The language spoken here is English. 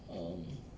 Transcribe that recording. um